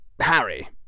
Harry